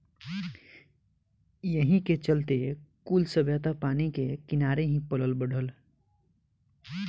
एही के चलते कुल सभ्यता पानी के किनारे ही पलल बढ़ल